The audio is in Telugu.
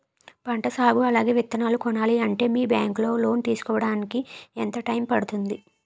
పంట సాగు అలాగే విత్తనాలు కొనాలి అంటే మీ బ్యాంక్ లో లోన్ తీసుకోడానికి ఎంత టైం పడుతుంది?